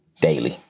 daily